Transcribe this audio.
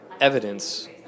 evidence